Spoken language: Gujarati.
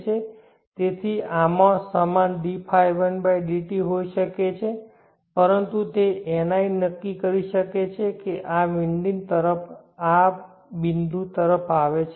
તેથી આમાં સમાન dϕ1dt હોઈ શકે છે પરંતુ તે NI નક્કી કરી શકે છે કે જે આ વિન્ડિંગ તરફ આ બિંદુ તરફ આવે છે